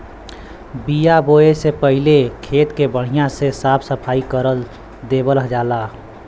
बिया बोये से पहिले खेत के बढ़िया से साफ सफाई कर देवल जाला